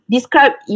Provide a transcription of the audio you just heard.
Describe